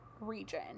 region